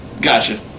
gotcha